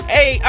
Hey